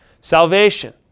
Salvation